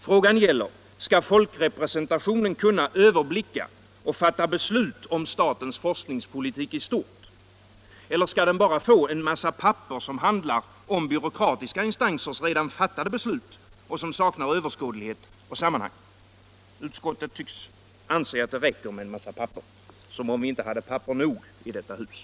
Frågan gäller: Nr 25 Skall folkrepresentationen kunna överblicka och besluta om statens forsk Onsdagen den ningspolitik i stort? Eller skall den bara få en massa papper som handlar 19 november 1975 om byråkratiska instansers beslut och som saknar överskådlighet och — sammanhang? Utskottet tycks anse att det räcker med en massa papper = Vissa forskningsfrå som om vi inte hade papper nog i detta hus.